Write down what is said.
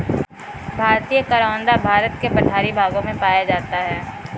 भारतीय करोंदा भारत के पठारी भागों में पाया जाता है